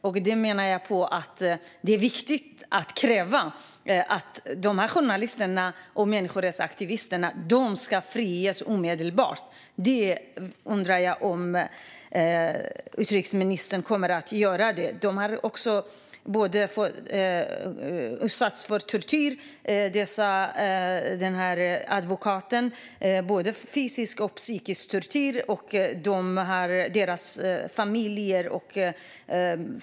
Jag menar att det är viktigt att kräva att de här journalisterna och människorättsaktivisterna ska friges omedelbart, och jag undrar om utrikesministern kommer att göra det. De har utsatts för både fysisk och psykisk tortyr, enligt advokaten.